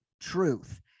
truth